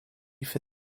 for